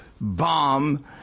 bomb